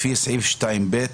לפי סעיף 2(ב)